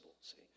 See